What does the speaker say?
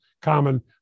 common